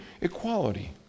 equality